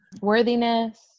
worthiness